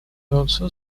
also